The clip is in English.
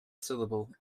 syllable